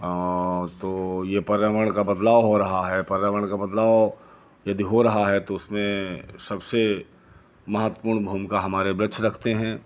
और तो ये पर्यावरण का बदलाव हो रहा है पर्यावरण का बदलाव यदि हो रहा है तो उसमें सबसे महत्वपूर्ण भूमिका जो हैं वृक्ष रखते हैं